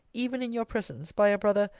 even in your presence, by a brother,